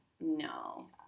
no